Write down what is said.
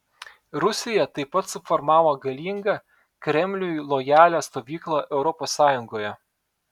rusija taip pat suformavo galingą kremliui lojalią stovyklą europos sąjungoje